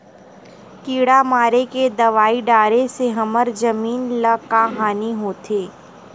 किड़ा मारे के दवाई डाले से हमर जमीन ल का हानि होथे?